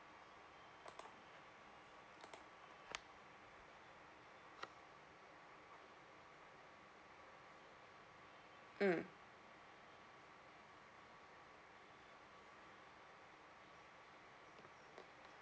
mm